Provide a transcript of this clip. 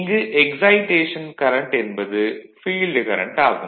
இங்கு excitation current என்பது field current ஆகும்